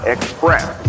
Express